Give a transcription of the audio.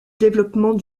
développement